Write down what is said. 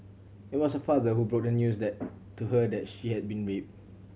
it was her father who broke the news that to her that she had been raped